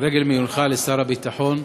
לרגל מינויך לשר הביטחון.